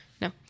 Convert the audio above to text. No